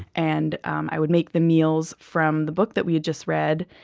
and um i would make them meals from the book that we had just read.